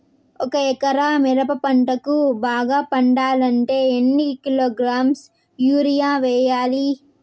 ఒక ఎకరా మిరప పంటకు బాగా పండాలంటే ఎన్ని కిలోగ్రామ్స్ యూరియ వెయ్యాలి?